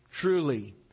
truly